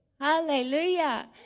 Hallelujah